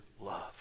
love